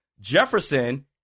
Jefferson